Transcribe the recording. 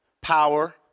power